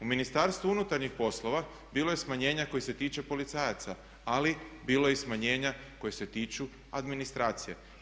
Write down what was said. U Ministarstvu unutarnjih poslova bilo je smanjenja koji se tiče policajaca ali bilo je i smanjenje koja se tiču administracije.